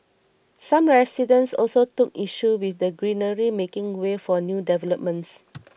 some residents also took issue with the greenery making way for new developments